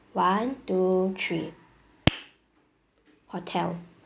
one two three hotel